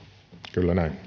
kyllä näin